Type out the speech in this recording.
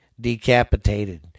decapitated